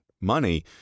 money